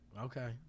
Okay